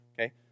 Okay